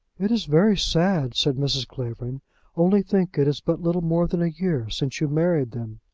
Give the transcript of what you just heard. it is very sad, said mrs. clavering only think, it is but little more than a year since you married them!